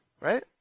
right